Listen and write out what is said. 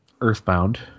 Earthbound